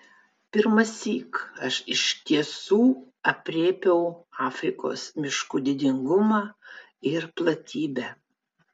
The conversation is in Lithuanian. pirmąsyk aš iš tiesų aprėpiau afrikos miškų didingumą ir platybę